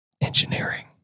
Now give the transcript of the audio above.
Engineering